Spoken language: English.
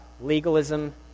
Legalism